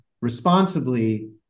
responsibly